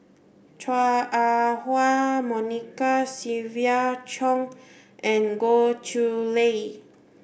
Chua Ah Huwa Monica Siva Choy and Goh Chiew Lye